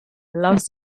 lost